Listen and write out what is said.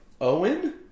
Owen